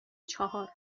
چهار